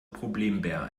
problembär